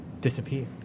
disappear